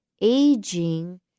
Aging